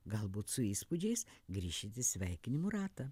galbūt su įspūdžiais grįšit į sveikinimų ratą